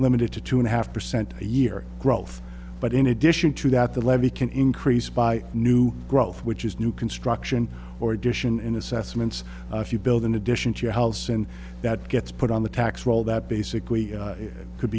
limited to two and a half percent a year growth but in addition to that the levy can increase by new growth which is new construction or addition in assessments if you build an addition to your house and that gets put on the tax roll that basically